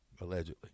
allegedly